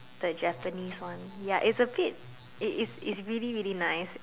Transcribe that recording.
the Japanese one is a bit is it's really really nice